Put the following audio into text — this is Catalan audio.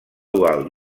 dual